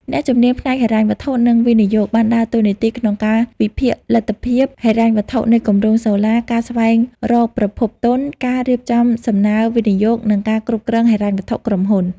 អ្នកជំនាញផ្នែកហិរញ្ញវត្ថុ និងវិនិយោគបានដើរតួនាទីក្នុងការវិភាគលទ្ធភាពហិរញ្ញវត្ថុនៃគម្រោងសូឡា ការស្វែងរកប្រភពទុន ការរៀបចំសំណើវិនិយោគ និងការគ្រប់គ្រងហិរញ្ញវត្ថុក្រុមហ៊ុន។